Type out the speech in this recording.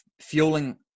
fueling